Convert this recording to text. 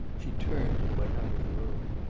she turned and went out of the room.